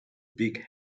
big